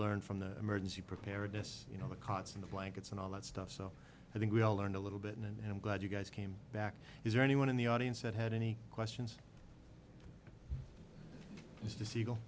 learned from the emergency preparedness you know the cots and blankets and all that stuff so i think we all learned a little bit and i'm glad you guys came back is there anyone in the audience that had any questions as to sieg